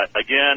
again